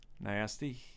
nasty